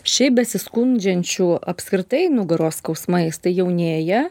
šiaip besiskundžiančių apskritai nugaros skausmais tai jaunėja